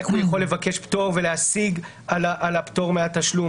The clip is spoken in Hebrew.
איך הוא יכול לבקש פטור ולהשיג על הפטור מהתשלום,